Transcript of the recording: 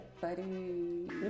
Buddy